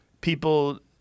people